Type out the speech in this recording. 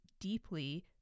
deeply